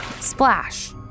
Splash